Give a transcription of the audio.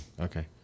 Okay